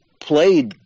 played